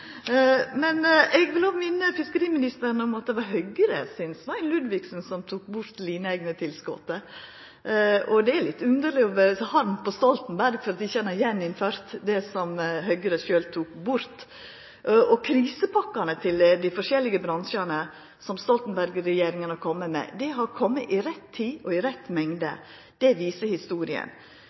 Men eg vil òg minna fiskeriministeren om at det var Høgre sin Svein Ludvigsen som tok bort lineegnetilskotet. Og det er jo litt underleg å vera harm på Stoltenberg for at han ikkje gjeninnførte det som Høgre sjølv tok bort. Krisepakkene til dei forskjellige bransjane som Stoltenberg-regjeringa har kome med, har kome i rett tid og i rett mengd. Det viser